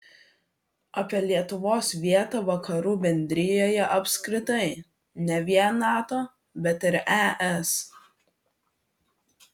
apie lietuvos vietą vakarų bendrijoje apskritai ne vien nato bet ir es